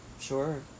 sure